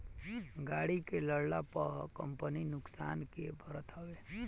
गाड़ी के लड़ला पअ कंपनी नुकसान के भरत हवे